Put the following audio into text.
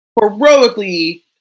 Heroically